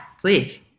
please